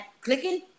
clicking